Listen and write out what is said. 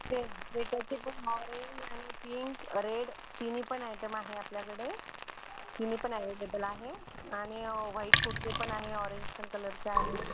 त्यात फेट्यांचा पण माल आहे आणि पिंक रेड तिन्हीपण आयटम आहे आपल्याकडे तिन्ही पण अवेलेबल आहे आणि व्हाईट कुर्ते पण आहे ऑरेंज पण कलरचे आहे